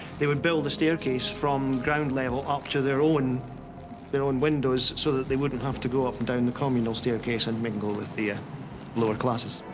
they would build a staircase from ground-level up to their own their own windows so that they wouldn't have to go up and down the communal staircase and mingle with the ah lower classes.